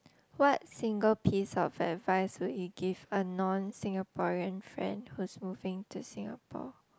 what single piece of advice would you give a non Singaporean friend who's moving to Singapore